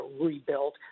rebuilt